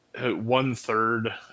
one-third